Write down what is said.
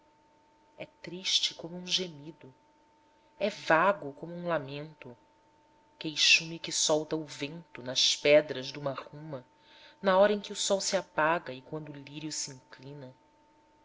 é triste como um gemido é vago como um lamento queixume que solta o vento nas pedras duma ruma na hora em que o sol se apaga e quando o lírio sinclina